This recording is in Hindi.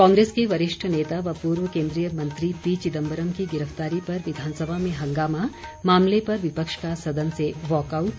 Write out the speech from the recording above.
कांग्रेस के वरिष्ठ नेता व पूर्व केन्द्रीय मंत्री पी चिदम्बरम की गिरफ्तारी पर विधानसभा में हंगामा मामले पर विपक्ष का सदन से वॉकआउट